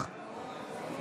נוכח